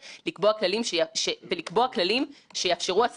לובי 99 והחברה האזרחית יעבדו בכל כוחם,